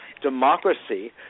democracy